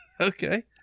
Okay